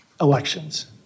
elections